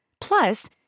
Plus